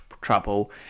trouble